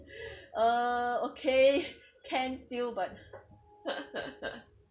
uh okay can still but